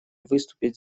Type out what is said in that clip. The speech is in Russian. выступить